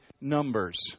numbers